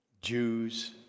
Jews